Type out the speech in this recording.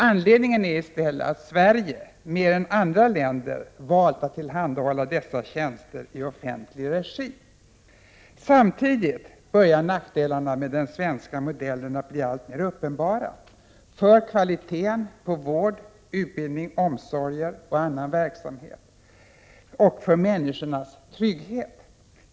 Anledningen är i stället att Sverige mer än andra länder tillhandahåller dessa tjänster i offentlig regi. Samtidigt börjar nackdelarna med den svenska modellen att bli alltmer uppenbara för kvaliteten på vård, utbildning, omsorger och annan verksamhet och för människornas trygghet.